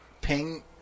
Ping